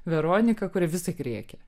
veronika kuri visąlaik rėkė